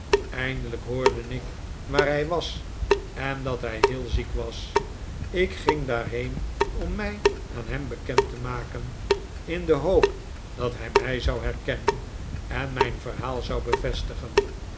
eindelijk hoorde ik waar hij was en dat hij heel ziek was ik ging daarheen om mij aan hem bekend te maken in de hoop dat hij mij zou herkennen en mijn verhaal zou bevestigen